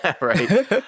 Right